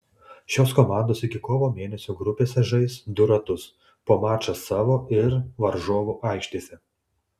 šios komandos iki kovo mėnesio grupėse sužais du ratus po mačą savo ir varžovų aikštėse